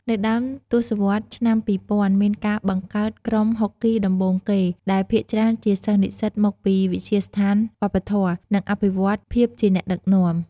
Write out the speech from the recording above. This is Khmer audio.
នៅដើមទសវត្សរ៍ឆ្នាំ២០០០ មានការបង្កើតក្រុមហុកគីដំបូងគេ ដែលភាគច្រើនជាសិស្សនិស្សិតមកពីវិទ្យាស្ថានវប្បធម៌ និងអភិវឌ្ឍន៍ភាពជាអ្នកដឹកនាំ។